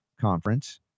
Conference